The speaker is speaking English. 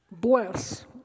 Bless